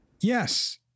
Yes